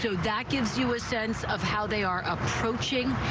so that gives you a sense of how they are approaching.